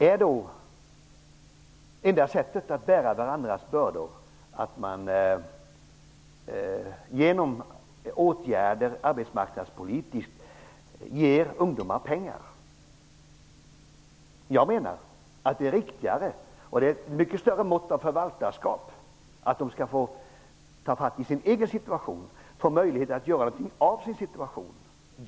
Är då det enda sättet att bära varandras bördor att genom arbetsmarknadspolitiska åtgärder ge ungdomar pengar? Jag menar att det är riktigare och ett mycket större mått av förvaltarskap att ungdomarna får ta fatt i sin egen situation, att de får möjlighet att göra något av sin situation.